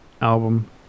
album